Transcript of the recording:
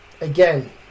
Again